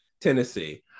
Tennessee